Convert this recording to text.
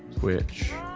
which